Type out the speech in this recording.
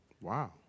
Wow